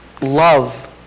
love